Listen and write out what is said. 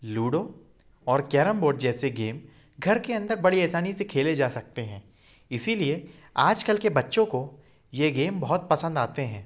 ludo और carrom board जैसे game घर के अंदर बड़ी आसानी से खेले जा सकते हैं इसी लिए आज कल के बच्चों को ये गेम बहुत पसंद आते हैं